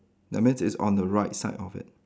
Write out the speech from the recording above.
that means it's on the right side of it